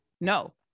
No